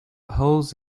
holes